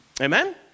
Amen